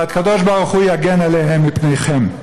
והקדוש ברוך הוא יגן עליהם מפניכם.